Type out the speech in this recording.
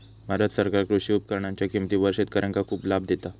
भारत सरकार कृषी उपकरणांच्या किमतीवर शेतकऱ्यांका खूप लाभ देता